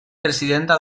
presidenta